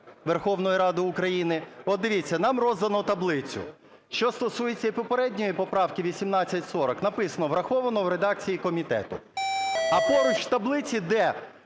Верховної Ради України. От, дивіться, нам роздано таблицю. Що стосується і попередньої поправки 1840, написано: "враховано в редакції комітету", – а поруч в таблиці, де